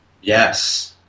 Yes